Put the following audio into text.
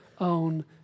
own